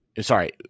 sorry